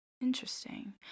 Interesting